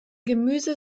gemüse